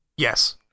Yes